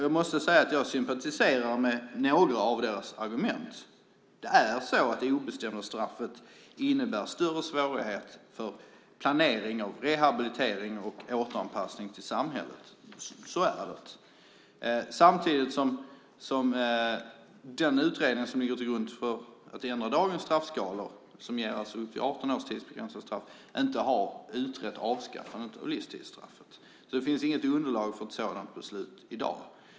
Jag måste säga att jag sympatiserar med några av deras argument. Tidsobestämt straff innebär större svårigheter vid planering, rehabilitering och återanpassning till samhället; så är det. Men den utredning som ligger till grund för ändringen av dagens straffskalor - upp till 18 års tidsbegränsat straff - har inte utrett frågan om avskaffandet av livstidsstraffet. Därför finns det i dag inget underlag för ett sådant beslut.